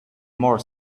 more